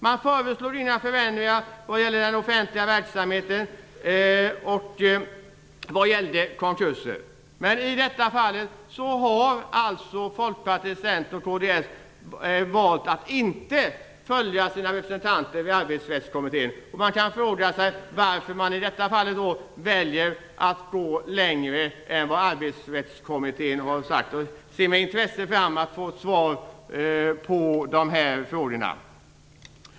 Det föreslogs inga förändringar när det gäller den offentliga verksamheten och konkurser. Men nu har Folkpartiet, Centern och kds valt att inte följa sina representanter i Arbetsrättskommittén. Varför väljer ni att gå längre än vad Arbetsrättskommittén har föreslagit i det här fallet? Jag ser med intresse fram emot att få svar på de här frågorna.